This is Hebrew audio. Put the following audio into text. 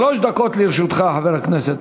שלוש דקות לרשותך, חבר הכנסת